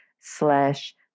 slash